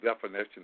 definition